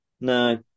no